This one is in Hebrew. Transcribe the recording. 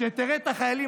כשתראה את החיילים,